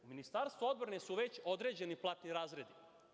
U Ministarstvu odbrane su već određeni platni razredi.